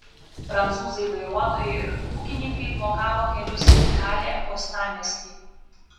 prancūzai vairuotojai ir ūkininkai blokavo kelius į kalė uostamiestį